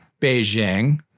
Beijing